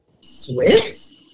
Swiss